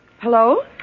Hello